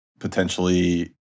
Potentially